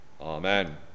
Amen